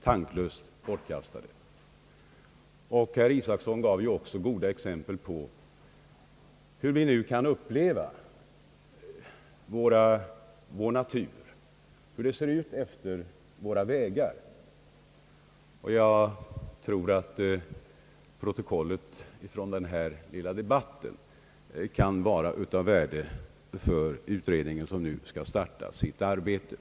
Herr Isacson gav också en god skildring av hur det nu kan se ut efter våra vägar. Jag tror därför att protokollet från denna lilla debatt kan bli av värde för utredningen, som nu skall starta sitt arbete.